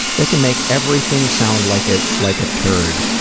they can make everything sound like ah like a turd.